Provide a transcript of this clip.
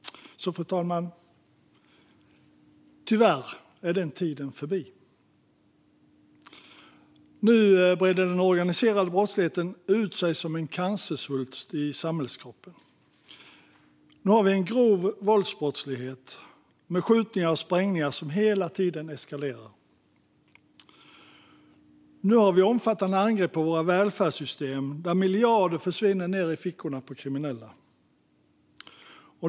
Fru talman! Tyvärr är den tiden förbi. Nu breder den organiserade brottsligheten ut sig som en cancersvulst i samhällskroppen. Nu har vi en grov våldsbrottslighet med skjutningar och sprängningar som hela tiden eskalerar. Nu har vi omfattande angrepp på våra välfärdssystem där miljarder försvinner ned i fickorna på kriminella.